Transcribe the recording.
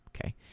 Okay